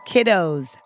Kiddos